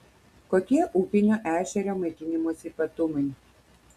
kokie upinio ešerio maitinimosi ypatumai